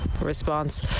response